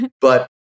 but-